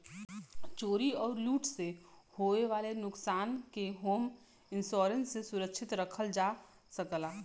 चोरी आउर लूट से होये वाले नुकसान के होम इंश्योरेंस से सुरक्षित रखल जा सकला